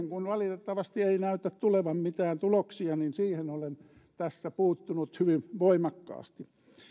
kun siihen ei valitettavasti näytä tulevan mitään tuloksia niin siihen olen tässä puuttunut hyvin voimakkaasti